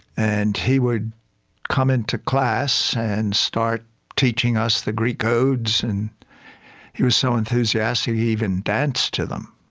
and he would come into class and start teaching us the greek odes and he was so enthusiastic he even danced to them.